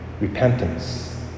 repentance